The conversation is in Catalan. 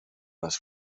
les